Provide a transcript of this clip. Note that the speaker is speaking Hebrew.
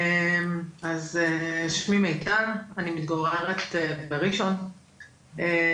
שמי מיטל אני מתגוררת בראשון לציון,